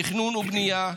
תכנון ובנייה,